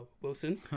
Wilson